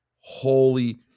Holy